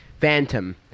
Phantom